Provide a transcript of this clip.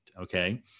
okay